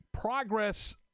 progress